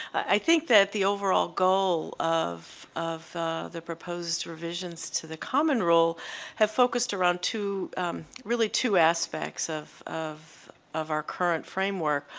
i think that the overall goal of of the proposed revisions to the common rule have focused around two really two aspects of of our current framework,